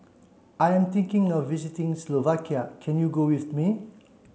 I am thinking of visiting Slovakia can you go with me